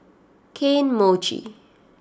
Kane Mochi